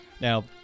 Now